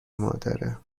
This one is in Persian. مادره